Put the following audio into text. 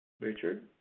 Richard